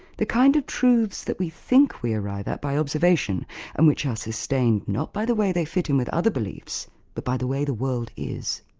the kind of truths that we think we arrive at by observation and which are sustained not by the way they fit in with other beliefs but by the way the world is.